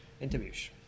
Interviews